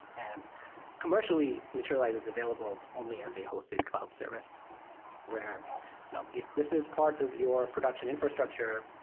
and commercially, materialize is available only as a hosted cloud service where you know if this is part of your production infrastructure,